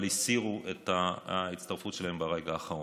אבל הם הסירו את ההצטרפות שלהם ברגע האחרון.